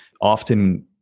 Often